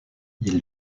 ils